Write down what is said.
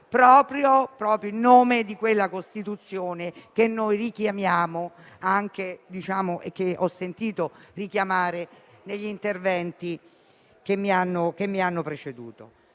proprio in nome di quella Costituzione, che noi richiamiamo e che ho sentito richiamare anche negli interventi che mi hanno preceduto.